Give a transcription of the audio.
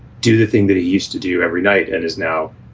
do the thing that he used to do every night and is now